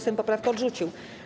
Sejm poprawkę odrzucił.